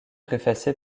préfacé